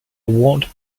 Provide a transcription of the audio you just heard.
won’t